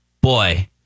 boy